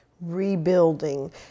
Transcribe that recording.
rebuilding